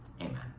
amen